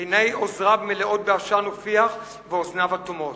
עיני עוזריו מלאות בעשן ופיח ואוזניהם אטומות.